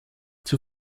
zur